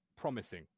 promising